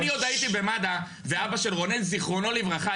עוד הייתי במד"א ואבא של רונן זכרונו לברכה,